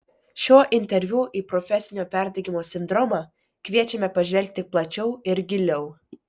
šiuo interviu į profesinio perdegimo sindromą kviečiame pažvelgti plačiau ir giliau